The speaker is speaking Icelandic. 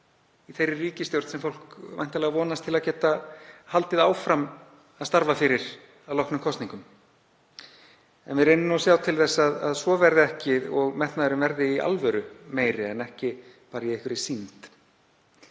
í þeirri ríkisstjórn sem fólk vonast væntanlega til að geta haldið áfram að starfa fyrir að loknum kosningum. En við reynum að sjá til þess að svo verði ekki og metnaðurinn verði í alvöru meiri en ekki bara einhver